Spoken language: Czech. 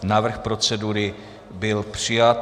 Návrh procedury byl přijat.